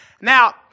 Now